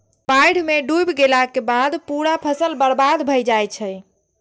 बाढ़ि मे डूबि गेलाक बाद पूरा फसल बर्बाद भए जाइ छै